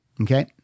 Okay